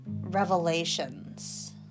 revelations